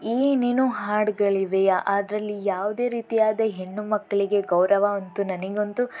ಏನೇನೋ ಹಾಡುಗಳಿವೆ ಅದರಲ್ಲಿ ಯಾವುದೇ ರೀತಿಯಾದ ಹೆಣ್ಣುಮಕ್ಕಳಿಗೆ ಗೌರವ ಅಂತೂ ನನಗಂತೂ